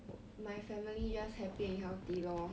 my family just happy and healthy lor